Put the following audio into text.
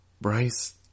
Bryce